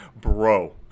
bro